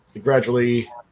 gradually